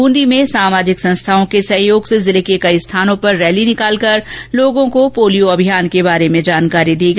बूंदी में सामाजिक संस्थाओं के सहयोग से जिले के कई स्थानों पर रैली निकालकर लोगों को पोलियो अभियान के बारे में बताया गया